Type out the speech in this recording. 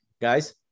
guys